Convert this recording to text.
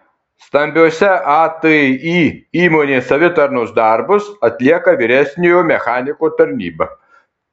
stambiose atį įmonės savitarnos darbus atlieka vyresniojo mechaniko tarnyba